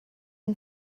yng